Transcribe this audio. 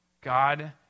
God